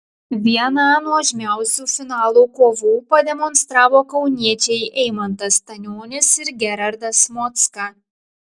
vieną nuožmiausių finalo kovų pademonstravo kauniečiai eimantas stanionis ir gerardas mocka